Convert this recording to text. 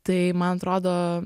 tai man atrodo